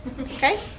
okay